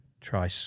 try